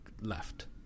left